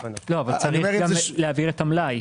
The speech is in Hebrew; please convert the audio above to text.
יש המלאי.